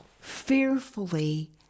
fearfully